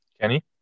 Kenny